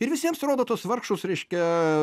ir visiems rodo tuos vargšus reiškia